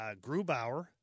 Grubauer